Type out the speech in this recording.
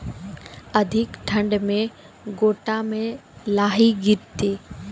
अधिक ठंड मे गोटा मे लाही गिरते?